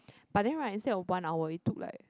but then right instead of one hour it took like